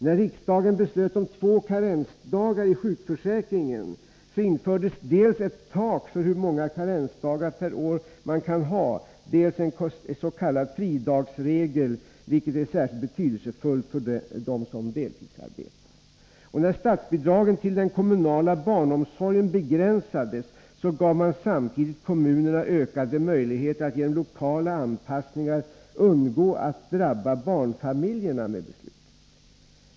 När riksdagen beslöt om två karensdagar i sjukförsäkringen infördes dels ett tak för hur många karensdagar per år man kan ha, dels en s.k. fridagsregel, vilket är särskilt betydelsefullt för dem som deltidsarbetar. När statsbidragen till den kommunala barnomsorgen begränsades, gav man samtidigt kommunerna ökade möjligheter att genom lokala anpassningar undgå att låta barnfamiljerna drabbas av beslutet.